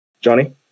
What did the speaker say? Johnny